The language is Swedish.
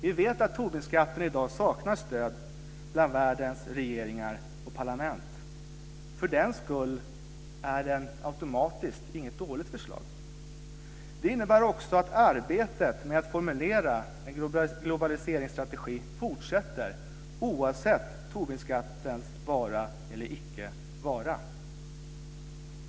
Vi vet att Tobinskatten i dag saknar stöd bland världens regeringar och parlament. För den skull är det inte automatiskt ett dåligt förslag. Det innebär också att arbetet med att formulera en globaliseringsstrategi fortsätter oavsett Tobinskattens vara eller icke vara.